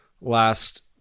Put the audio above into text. last